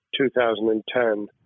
2010